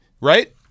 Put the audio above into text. right